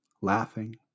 laughing